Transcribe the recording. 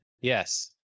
Yes